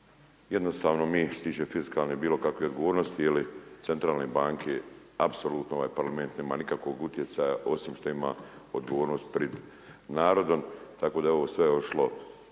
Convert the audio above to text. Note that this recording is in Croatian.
jednostavno mi što se tiče fiskalne ili bilo kakve odgovornosti ili Centralne banke, apsolutno ovaj parlament, nema nikakvog utjecaja, osim što ima odgovornost pred narodom, tako da je ovo sve ošlo